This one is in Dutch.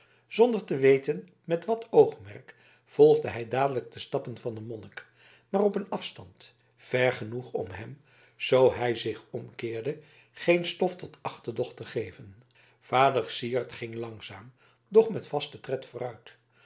zonder te weten met wat oogmerk volgde hij dadelijk de stappen van den monnik maar op een afstand ver genoeg om hem zoo hij zich omkeerde geen stof tot achterdocht te geven vader syard ging langzaam doch met vasten tred vooruit